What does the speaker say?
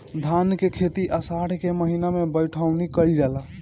धान के खेती आषाढ़ के महीना में बइठुअनी कइल जाला?